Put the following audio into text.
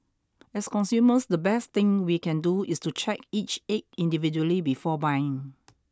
as consumers the best thing we can do is to check each egg individually before buying